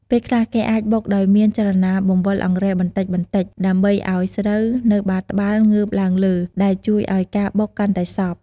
ពេលខ្លះ គេអាចបុកដោយមានចលនាបង្វិលអង្រែបន្តិចៗ ដើម្បីឱ្យស្រូវនៅបាតត្បាល់ងើបឡើងលើ ដែលជួយឱ្យការបុកកាន់តែសព្វ។